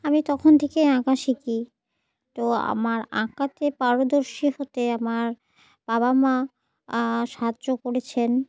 আমি তখন থেকেই আঁকা শিখি তো আমার আঁকাতে পারদর্শী হতে আমার বাবা মা সাহায্য করেছেন